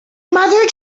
mother